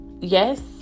yes